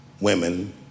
women